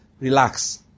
relax